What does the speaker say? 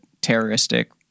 terroristic